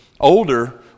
older